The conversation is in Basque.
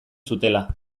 zutela